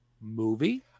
movie